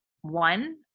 one